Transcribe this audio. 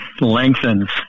lengthens